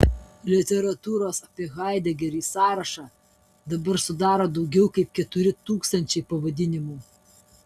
literatūros apie haidegerį sąrašą dabar sudaro daugiau kaip keturi tūkstančiai pavadinimų